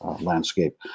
landscape